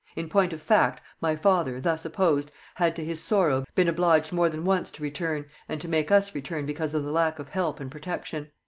in point of fact, my father, thus opposed, had to his sorrow been obliged more than once to return and to make us return because of the lack of help and protection.